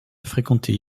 fréquenté